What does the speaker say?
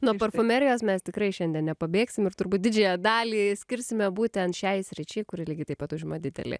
nuo parfumerijos mes tikrai šiandien nepabėgsim ir turbūt didžiąją dalį skirsime būtent šiai sričiai kuri lygiai taip pat užima didelį